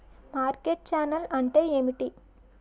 Market channel అంటే ఏమిటి?